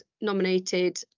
nominated